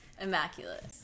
immaculate